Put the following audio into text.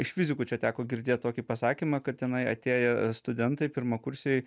iš fizikų čia teko girdėt tokį pasakymą kad tenai atėję studentai pirmakursiai